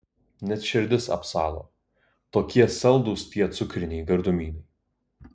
net širdis apsalo tokie saldūs tie cukriniai gardumynai